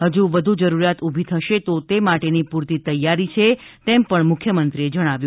હજુ વધુ જરૂરિયાત ઊભી થશે તો તે માટેની પૂરતી તૈયારી છે તેમ પણ મુખ્યમંત્રીએ જણાવ્યું